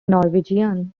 norwegian